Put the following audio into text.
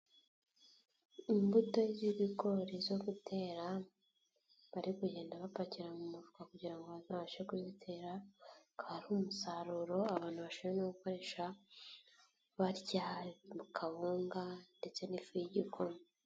Imbuto z'ibigori zo gutera, bari kugenda bapakira mu mufu kugira ngo bazabashe kuzitera akaba umusaruro abantu bashoboye gukoresha barya akawunga ndetse n'ifu y'igikoma.